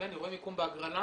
בני, רואים מיקום בהגרלה